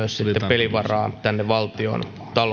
pelivaraa myös valtiontalouteen